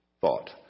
thought